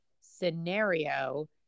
scenario